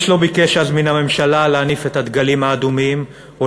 איש לא ביקש אז מהממשלה להניף את הדגלים האדומים או